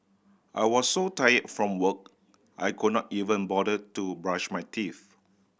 I was so tired from work I could not even bother to brush my teeth